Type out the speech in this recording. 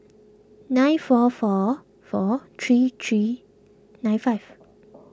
nine four four four three three nine five